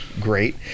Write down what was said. great